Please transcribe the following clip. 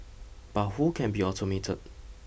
but who can be automated